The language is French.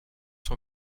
son